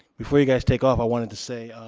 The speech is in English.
before you guys take off i wanted to say,